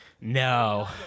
No